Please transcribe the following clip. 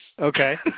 Okay